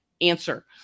answer